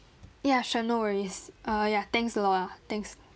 ya sure no worries uh ya thanks a lot ah thanks